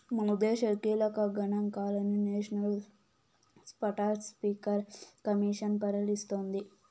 మనదేశ కీలక గనాంకాలని నేషనల్ స్పాటస్పీకర్ కమిసన్ పరిశీలిస్తోంది